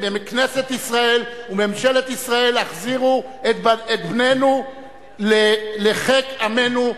מכנסת ישראל וממשלת ישראל: החזירו את בננו לחיק עמנו.